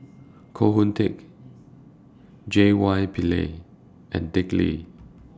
Koh Hoon Teck J Y Pillay and Dick Lee